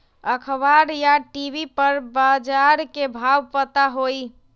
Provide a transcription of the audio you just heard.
अखबार या टी.वी पर बजार के भाव पता होई?